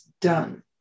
done